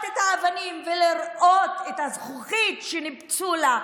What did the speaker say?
את האבנים ולראות את הזכוכית שניפצו לה.